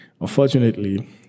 Unfortunately